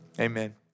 Amen